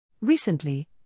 Recently